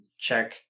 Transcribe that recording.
check